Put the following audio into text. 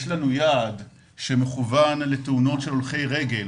יש לנו יעד שמכוון לתאונות של הולכי רגל